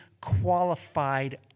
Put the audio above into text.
qualified